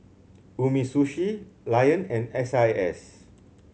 Umisushi Lion and S I S